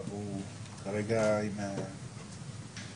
גם לזה אשי יכול להתייחס.